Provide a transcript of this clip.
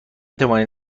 توانید